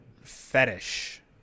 fetish